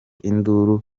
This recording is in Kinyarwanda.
induru